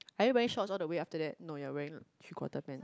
are you wearing shorts all the way after that no you are wearing three quarter pants